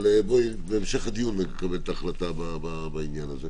אבל בהמשך הדיון נקבל את ההחלטה בעניין הזה.